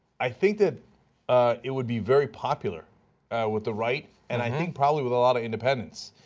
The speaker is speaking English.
i think that it would be very popular with the right, and i think probably with a lot of independents.